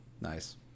Nice